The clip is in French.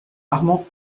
armand